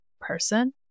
person